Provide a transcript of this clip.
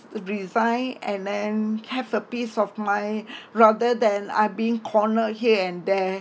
resign and then have a piece of mind rather than I being cornered here and there